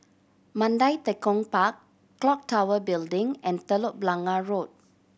Mandai Tekong Park Clock Tower Building and Telok Blangah Road